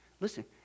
listen